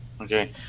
Okay